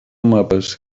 mapes